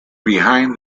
behind